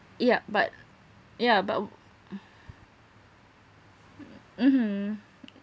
yeah but yeah but mmhmm